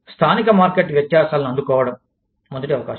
స్థానిక మార్కెట్ వ్యత్యాసాలను అందుకోవడం మొదటి అవకాశం